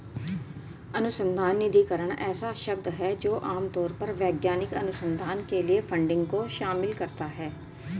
अनुसंधान निधिकरण ऐसा शब्द है जो आम तौर पर वैज्ञानिक अनुसंधान के लिए फंडिंग को शामिल करता है